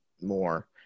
more